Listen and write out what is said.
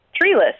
treeless